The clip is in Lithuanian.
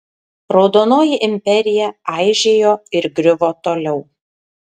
raudonoji imperija aižėjo ir griuvo toliau